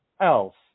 else